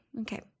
Okay